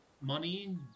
money